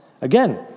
Again